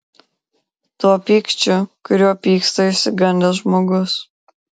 tuo pykčiu kuriuo pyksta išsigandęs žmogus